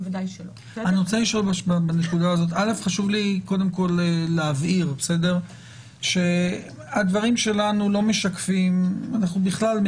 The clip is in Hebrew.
חשוב לי להבהיר שהדברים שלנו לא משקפים בכלל,